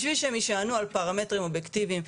בשביל שהן יישענו על פרמטרים אובייקטיביים,